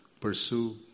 pursue